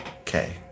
Okay